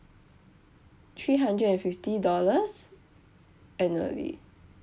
three hundred and fifty dollars annually